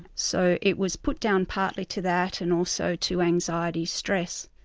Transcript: so it was put down partly to that and also to anxiety stress.